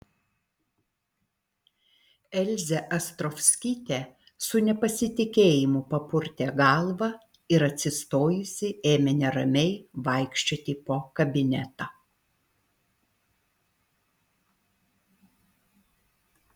elzė ostrovskytė su nepasitikėjimu papurtė galvą ir atsistojusi ėmė neramiai vaikščioti po kabinetą